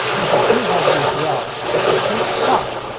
with a two head vcr, if the tape stops,